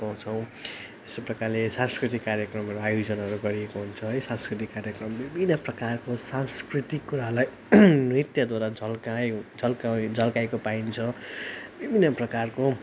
पाउँछौँ यस्तै प्रकारले सांस्कृतिक कार्यक्रमहरूको आयोजनहरू गरिएको हुन्छ है सांस्कृतिक कार्यक्रम विभिन्न प्रकारको सांस्कृतिक कुरालाई नृत्यद्वारा झल्कायो झल्कायु झल्काएको पाइन्छ विभिन्न प्रकारको